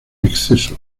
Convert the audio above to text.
exceso